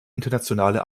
internationale